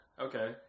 Okay